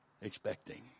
expecting